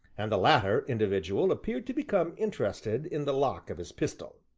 and the latter individual appeared to become interested in the lock of his pistol.